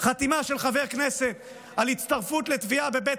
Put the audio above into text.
חתימה של חבר כנסת על הצטרפות לתביעה בבית